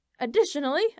Additionally